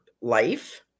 life